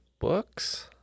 books